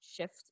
shift